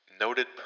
Noted